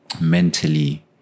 mentally